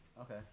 Okay